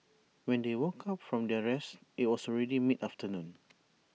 when they woke up from their rest IT was already mid afternoon